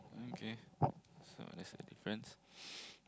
okay so that's the difference